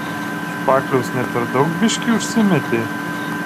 špakliaus ne per daug biškį užsimetei